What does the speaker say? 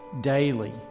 daily